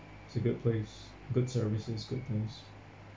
it's a good place good services good things